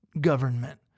government